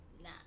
nah